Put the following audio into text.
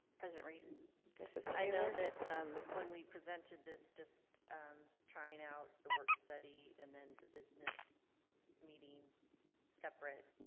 president reese it says i know that um when we presented this just trying out the work study and then the business meeting separate